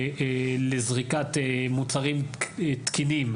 גם לזריקת מוצרים תקינים,